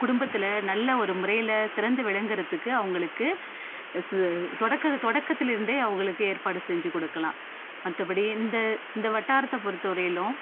குடும்பத்தில் நல்ல ஒரு முறையில் சிறந்து விளங்குகிறதுக்கு அவங்களுக்கு தொடக்க தொடக்கத்திலிருந்தே அவங்களுக்கு ஏற்பாடு செஞ்சு கொடுக்கலாம் மற்றபடி இந்த இந்த வட்டாரத்தை பொறுத்த வரையிலும்